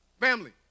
Family